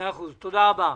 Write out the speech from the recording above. תודה רבה.